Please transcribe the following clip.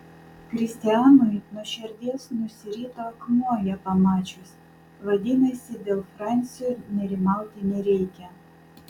kristijanui nuo širdies nusirito akmuo ją pamačius vadinasi dėl fransio nerimauti nereikia